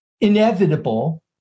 inevitable